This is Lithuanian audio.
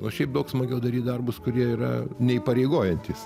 o šiaip daug smagiau daryt darbus kurie yra neįpareigojantys